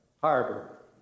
harbor